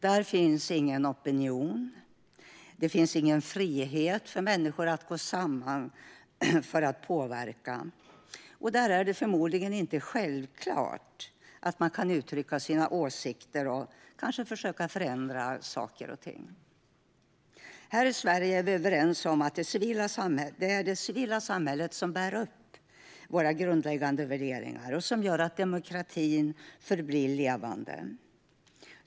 Där finns ingen opinion och ingen frihet för människor att gå samman för att påverka, och där är det förmodligen inte självklart att man kan uttrycka sina åsikter och kanske försöka förändra saker och ting. Här i Sverige är vi överens om att det är det civila samhället som bär upp våra grundläggande värderingar och gör att demokratin förblir levande.